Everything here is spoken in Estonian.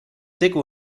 tegu